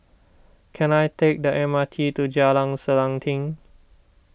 can I take the M R T to Jalan Selanting